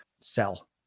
Sell